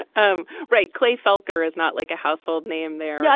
um right. clay felker is not like a household name there. yeah